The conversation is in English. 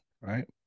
right